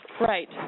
Right